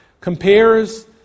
compares